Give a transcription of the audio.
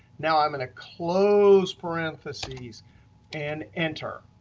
now i'm going to close parentheses and enter.